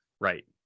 right